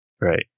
Right